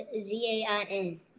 Z-A-I-N